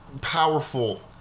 powerful